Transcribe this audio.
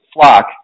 flock